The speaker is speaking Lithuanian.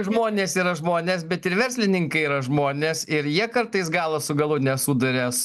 žmonės yra žmones bet ir verslininkai yra žmonės ir jie kartais galą su galu nesuduria